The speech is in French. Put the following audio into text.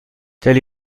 telle